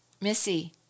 Missy